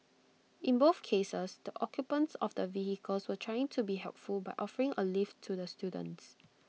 in both cases the occupants of the vehicles were trying to be helpful by offering A lift to the students